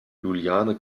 juliane